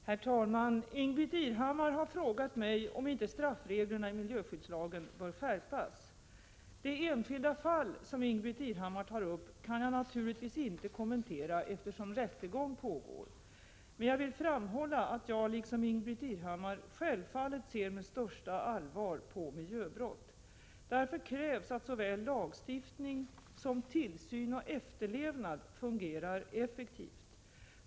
Herr talman! Ingbritt Irhammar har frågat mig om inte straffreglerna i miljöskyddslagen bör skärpas. Det enskilda fall som Ingbritt Irhammar tar upp kan jag naturligtvis inte kommentera, eftersom rättegång pågår. Men jag vill framhålla att jag liksom Ingbritt Irhammar självfallet ser med största allvar på miljöbrott. Därför krävs att såväl lagstiftning som tillsyn och efterlevnad fungerar effektivt.